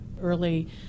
early